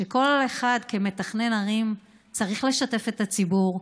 שכל אחד שמתכנן ערים צריך לשתף את הציבור,